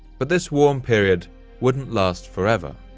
but this warm period wouldn't last forever.